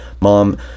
mom